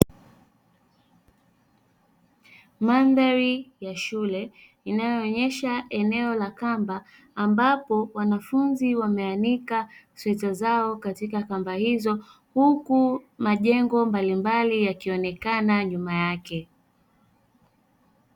Mandhari ya shule inayoonyesha eneo la kamba ambapo wanafunzi wameanika sweta zao katika kamba hizo huku majengo mbalimbali yakionekana nyuma yake.